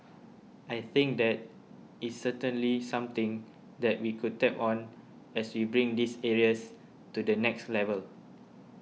I think that is certainly something that we could tap on as we bring these areas to the next level